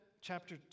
chapter